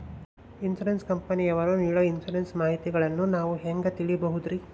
Insurance ಕಂಪನಿಯವರು ನೇಡೊ insurance ಮಾಹಿತಿಗಳನ್ನು ನಾವು ಹೆಂಗ ತಿಳಿಬಹುದ್ರಿ?